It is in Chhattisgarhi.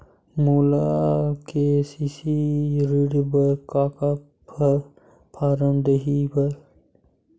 मोला के.सी.सी ऋण बर का का फारम दही बर?